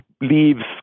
leaves